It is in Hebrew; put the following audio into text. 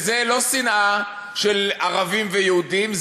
וזו לא שנאה של ערבים ויהודים,